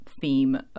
theme